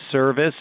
Service